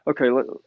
okay